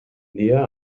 día